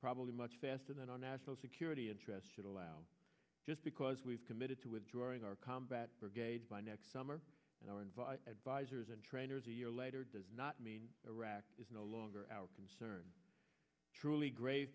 probably much faster than our national security interest should allow just because we've committed to withdrawing our combat brigade by next summer and our invite advisors and trainers a year later does not mean iraq is no longer our concern truly great